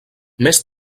més